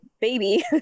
baby